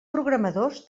programadors